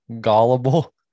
Gullible